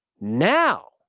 now